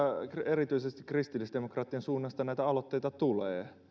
erityisesti kristillisdemokraattien suunnasta näitä aloitteita tulee